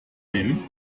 nehmen